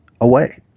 away